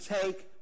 take